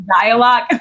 dialogue